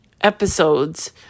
episodes